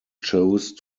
chose